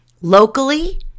locally